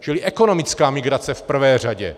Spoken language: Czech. Čili ekonomická migrace v prvé řadě.